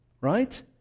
Right